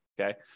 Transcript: okay